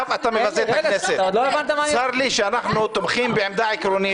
צר לי שאנחנו תומכים עמדה עקרונית.